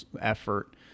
effort